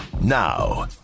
now